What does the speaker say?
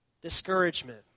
discouragement